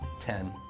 Ten